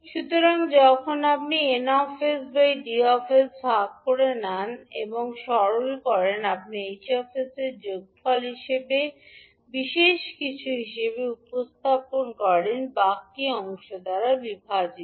সুতরাং যখন আপনি 𝑁 𝑠 𝐷 𝑠 ভাগ করে নিন এবং সরল করেন আপনি H 𝑠 এর যোগফল হিসাবে বিশেষ কিছু হিসাবে উপস্থাপন করতে পারেন বাকী অংশ দ্বারা বিভাজিত